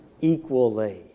equally